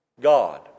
God